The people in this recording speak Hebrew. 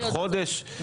מחודש.